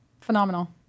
phenomenal